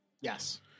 Yes